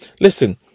listen